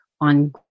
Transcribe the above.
on